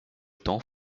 temps